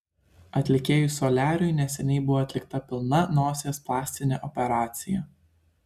atlikėjui soliariui neseniai buvo atlikta pilna nosies plastinė operacija